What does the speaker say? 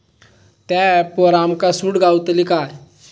त्या ऍपवर आमका सूट गावतली काय?